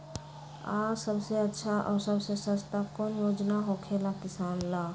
आ सबसे अच्छा और सबसे सस्ता कौन योजना होखेला किसान ला?